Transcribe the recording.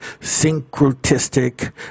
syncretistic